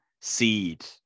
seed